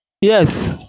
Yes